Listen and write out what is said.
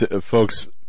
folks